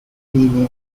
linee